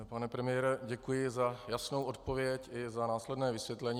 Pane premiére, děkuji za jasnou odpověď i za následné vysvětlení.